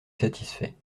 satisfait